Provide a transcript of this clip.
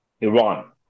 Iran